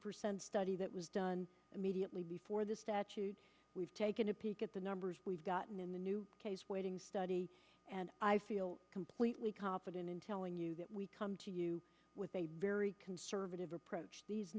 percent study that was done immediately before the statute we've taken a peek at the numbers we've gotten in the new waiting study and i feel completely confident in telling you that we come to you with a very conservative approach these